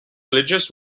religious